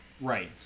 Right